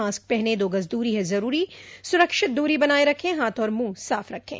mask पहनें दो गज़ दूरी है ज़रूरी सुरक्षित दूरी बनाए रखें हाथ और मुंह साफ़ रखें